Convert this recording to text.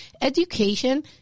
education